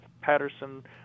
Patterson